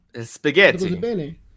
Spaghetti